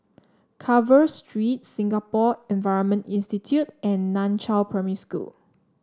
Carver Street Singapore Environment Institute and Nan Chiau Primary School